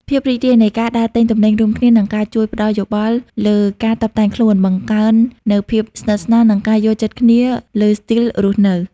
ភាពរីករាយនៃការដើរទិញទំនិញរួមគ្នា និងការជួយផ្ដល់យោបល់លើការតុបតែងខ្លួន បង្កើននូវភាពស្និទ្ធស្នាល និងការយល់ចិត្តគ្នាលើស្ទីលរស់នៅ។